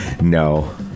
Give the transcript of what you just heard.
No